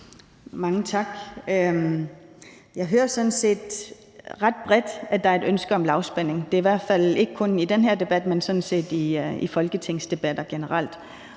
Mange tak. Jeg hører sådan set ret bredt, at der er et ønske om lavspænding. Det er i hvert fald ikke kun i den her debat, men sådan set i folketingsdebatter generelt,